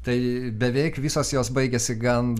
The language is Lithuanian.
tai beveik visos jos baigėsi gan